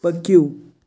پٔکِو